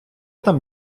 там